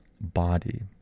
body